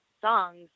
songs